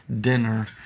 dinner